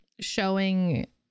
showing